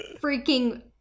freaking